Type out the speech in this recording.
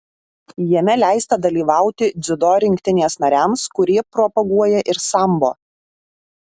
jame leista dalyvauti dziudo rinktinės nariams kurie propaguoja ir sambo